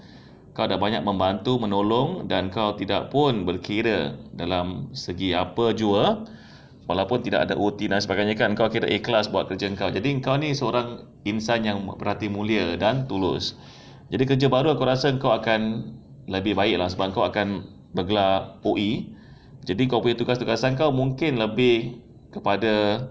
kau dah banyak membantu menolong dan kau tidak pun berkira dalam segi apa jua walaupun tidak ada O_T dan sebagainya kan kau kira ikhlas buat kerja engkau jadi kau ni seorang insan yang berhati mulia dan tulus jadi kerja baru aku rasa kau akan lebih baik lah sebab kau akan bergelar O_E jadi kau punya tugas-tugasan kau mungkin lebih kepada